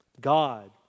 God